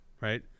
right